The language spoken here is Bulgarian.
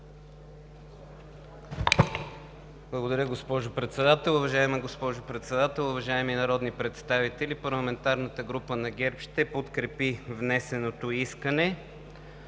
Уважаема госпожо Председател, уважаеми народни представители! Парламентарната група на ГЕРБ ще подкрепи внесеното искане.